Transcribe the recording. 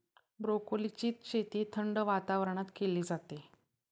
ब्रोकोलीची शेती थंड वातावरणात केली जाते